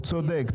הוא צודק,